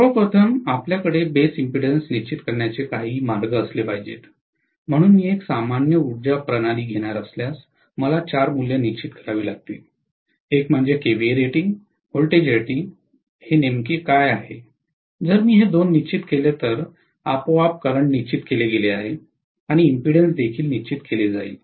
सर्वप्रथम आपल्याकडे base impedance निश्चित करण्याचे काही मार्ग असले पाहिजेत म्हणून मी एक सामान्य उर्जा प्रणाली घेणार असल्यास मला चार मूल्ये निश्चित करावी लागतील एक म्हणजे केव्हीए रेटिंग व्होल्टेज रेटिंग काय आहे जर मी हे दोन निश्चित केले तर आपोआप करंट निश्चित केले आहे आणि इम्पीडंस देखील निश्चित केली जाईल